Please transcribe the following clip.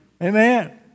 Amen